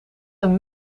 een